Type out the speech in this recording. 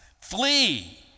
flee